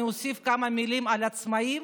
אני אוסיף כמה מילים על עצמאים